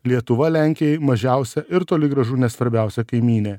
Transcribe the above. lietuva lenkijai mažiausia ir toli gražu ne svarbiausia kaimynė